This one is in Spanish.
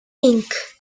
inc